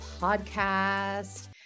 Podcast